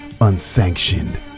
unsanctioned